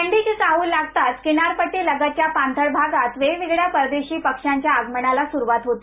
थंडीची चाहल लागताच किनारपट्टी लगतच्या पाणथळ भागांत वेगवेगळ्या परदेशी पक्षांच्या आगमनाला सुरुवात होते